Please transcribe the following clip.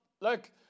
Look